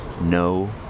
No